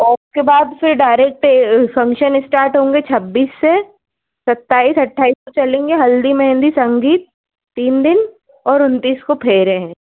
उसके बाद से डायरेक्ट फंक्शन स्टार्ट होंगे छब्बीस से सताइस अठाईस को चलेंगे हल्दी मेहंदी संगीत तीन दिन और उन्तीस को फेरे हैं